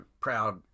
proud